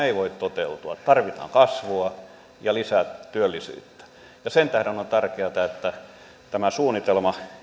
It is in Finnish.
ei voi toteutua tarvitaan kasvua ja lisää työllisyyttä sen tähden on tärkeätä että tämä suunnitelma